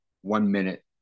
one-minute